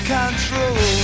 control